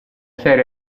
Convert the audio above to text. serie